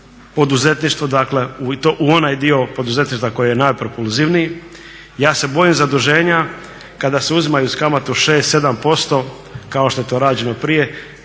poduzetništvo i to u onaj dio poduzetništva koji je najpropulzivniji. Ja se bojim zaduženja kada se uzimaju uz kamatu od 6,7% kao što je to rađeno prije